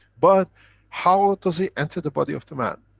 but how does it enter the body of the man?